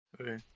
Okay